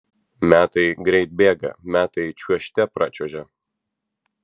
metai greit bėga metai čiuožte pračiuožia